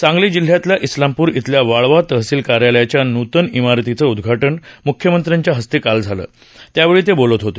सांगली जिल्ह्यातल्या इस्लामपूर इथल्या वाळवा तहसील कार्यालयाच्या नूतन इमारतीचं उदधाटन मुख्यमंत्र्यांच्या हस्ते काल झालं त्यावेळी ते बोलत होते